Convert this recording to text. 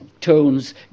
Tone's